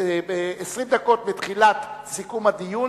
20 דקות מתחילת סיכום הדיון